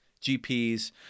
GPs